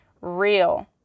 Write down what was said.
real